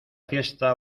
fiesta